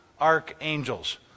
archangels